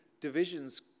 divisions